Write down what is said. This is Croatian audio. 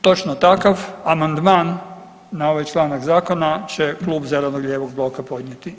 Točno takav amandman na ovaj članak Zakona će Klub zeleno-lijevog bloka podnijeti.